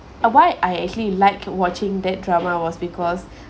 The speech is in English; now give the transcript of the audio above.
uh why I actually liked watching that drama was because